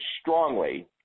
strongly